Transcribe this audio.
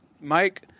mike